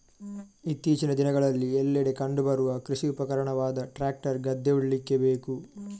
ಇತ್ತೀಚಿನ ದಿನಗಳಲ್ಲಿ ಎಲ್ಲೆಡೆ ಕಂಡು ಬರುವ ಕೃಷಿ ಉಪಕರಣವಾದ ಟ್ರಾಕ್ಟರ್ ಗದ್ದೆ ಉಳ್ಳಿಕ್ಕೆ ಬೇಕು